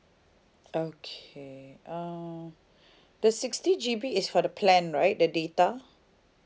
okay uh the sixty G_B is for the plan right the data